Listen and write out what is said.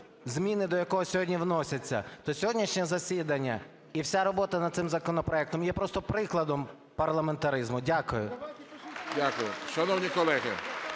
зміни до якого сьогодні вносяться, то сьогоднішнє засідання і вся робота над цим законопроектом є просто прикладом парламентаризму. Дякую. ГОЛОВУЮЧИЙ. Дякую. Шановні колеги,